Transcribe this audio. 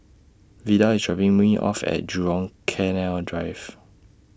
Vidal IS dropping Me off At Jurong Canal Drive